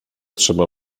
trzeba